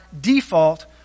default